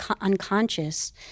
unconscious